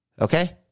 Okay